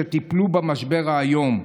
שטיפלו במשבר האיום,